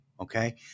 Okay